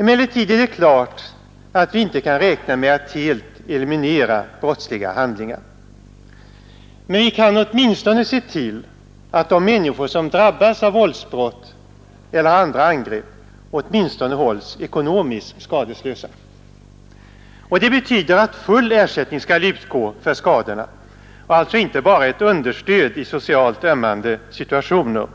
Emellertid är det klart att vi inte kan räkna med att helt eliminera brottsliga handlingar. Men vi kan åtminstone se till att de människor som drabbas av våldsbrott eller andra angrepp hålls ekonomiskt skadeslösa. Det betyder att full ersättning skall utgå för skadorna, alltså inte bara ett understöd i socialt ömmande situationer,